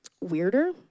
weirder